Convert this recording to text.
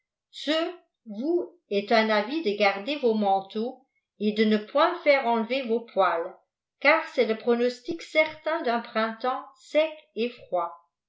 ce vous est un avis de garder vos manteaux et dé ne point faire enlever vos poêles car c'est le pronostic certain d'un printemps sec et froid